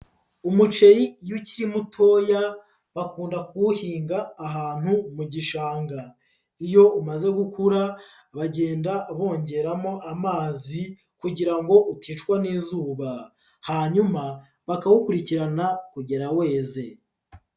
Umuceri iyo ukiri mutoya bakunda kuwuhinga ahantu mu gishanga, iyo umaze gukura bagenda bongeramo amazi kugira ngo uticwa n'izuba, hanyuma bakawukurikirana kugera weze.